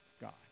God